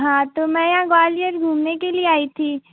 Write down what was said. हाँ तो मैं यहाँ ग्वालियर घूमने के लिए आई थी